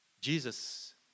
Jesus